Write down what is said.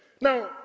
Now